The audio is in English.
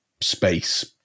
space